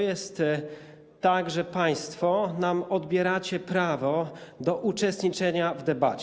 Jest tak, że państwo nam odbieracie prawo do uczestniczenia w debacie.